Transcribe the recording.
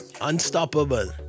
Unstoppable